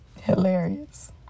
hilarious